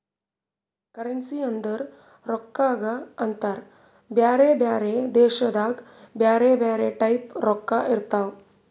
currency ಅಂದುರ್ ರೊಕ್ಕಾಗ ಅಂತಾರ್ ಬ್ಯಾರೆ ಬ್ಯಾರೆ ದೇಶದಾಗ್ ಬ್ಯಾರೆ ಬ್ಯಾರೆ ಟೈಪ್ ರೊಕ್ಕಾ ಇರ್ತಾವ್